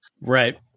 Right